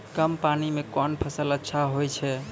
कम पानी म कोन फसल अच्छाहोय छै?